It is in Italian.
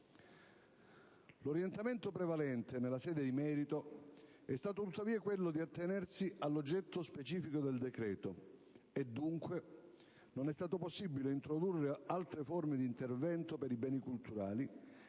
L'orientamento prevalente nella sede di merito è stato tuttavia quello di attenersi all'oggetto specifico del decreto: dunque non è stato possibile introdurre altre forme di intervento per i beni culturali,